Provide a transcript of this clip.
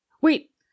Wait